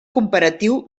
comparatiu